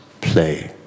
play